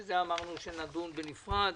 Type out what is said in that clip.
שאמרנו שנדון בזה בנפרד